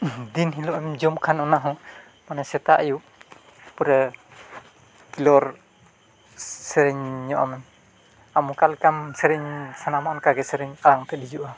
ᱫᱤᱱ ᱦᱤᱞᱳᱜ ᱮᱢ ᱡᱚᱢ ᱠᱷᱟᱱ ᱚᱱᱟᱦᱚᱸ ᱢᱟᱱᱮ ᱥᱮᱛᱟᱜ ᱟᱹᱭᱩᱵ ᱯᱩᱨᱟᱹ ᱠᱞᱤᱭᱟᱨ ᱥᱮᱨᱮᱧᱚᱜ ᱟᱢ ᱚᱠᱟ ᱞᱮᱠᱟᱢ ᱥᱮᱨᱮᱧ ᱥᱟᱱᱟᱢᱟ ᱚᱱᱠᱟᱜᱮ ᱥᱮᱨᱮᱧ ᱟᱲᱟᱝᱛᱮ ᱦᱤᱡᱩᱜᱼᱟ